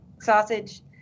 sausage